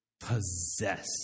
possess